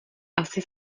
asi